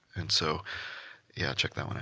and so yeah, check that one out.